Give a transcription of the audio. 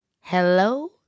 Hello